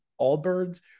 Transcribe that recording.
Allbirds